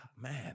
man